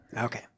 Okay